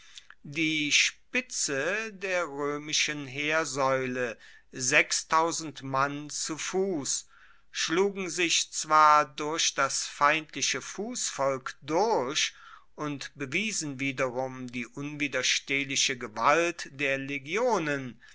die spitze der roemischen heersaeule mann zu fuss schlugen sich zwar durch das feindliche fussvolk durch und bewiesen wiederum die unwiderstehliche gewalt der legionen